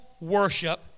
worship